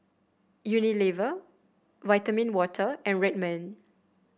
Unilever Vitamin Water and Red Man